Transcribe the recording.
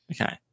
Okay